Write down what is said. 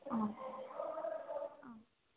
हा आम्